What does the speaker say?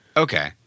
Okay